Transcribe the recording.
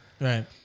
Right